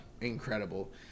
incredible